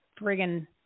friggin